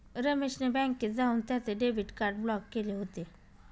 रमेश ने बँकेत जाऊन त्याचे डेबिट कार्ड ब्लॉक केले होते